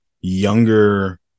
younger